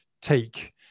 take